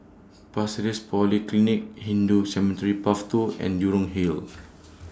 Pasir Ris Polyclinic Hindu Cemetery Path two and Jurong Hill